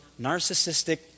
narcissistic